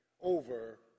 over